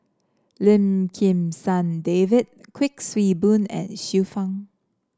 Lim Kim San David Kuik Swee Boon and Xiu Fang